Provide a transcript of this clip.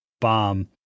bomb